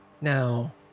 Now